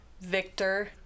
Victor